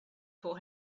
for